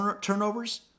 turnovers